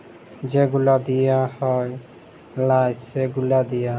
যে গুলা দিঁয়া হ্যয় লায় সে গুলা দিঁয়া